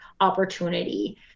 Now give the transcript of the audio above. opportunity